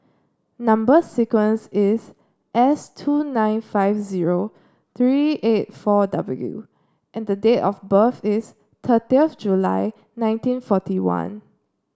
number sequence is S two nine five zero three eight four W and the date of birth is thirty of July nineteen forty one